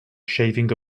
shaving